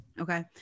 okay